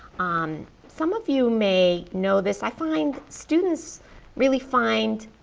um some of you may know this. i find students really find.